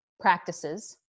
practices